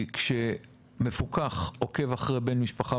כי כשמפוקח עוקב אחרי בן משפחה,